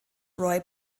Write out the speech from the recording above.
roy